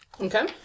Okay